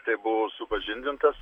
tai buvo supažindintas